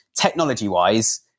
technology-wise